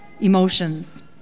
emotions